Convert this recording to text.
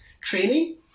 training